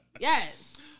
Yes